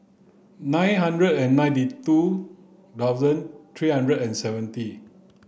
nine hundred and ninety two thousand three hundred and seventy